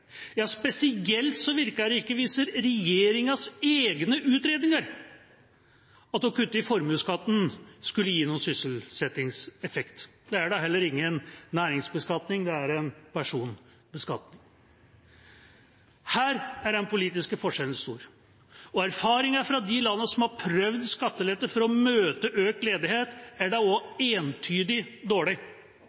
Ja, spesielt virker det ikke, viser regjeringas egne utredninger, å kutte i formuesskatten – at dét skulle gi noen sysselsettingseffekt. Det er da heller ingen næringsbeskatning, det er en personbeskatning. Her er den politiske forskjellen stor, og erfaringer fra de landene som har prøvd skattelette for å møte økt ledighet, er da også entydig